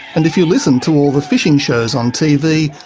and if you listen to all the fishing shows on tv,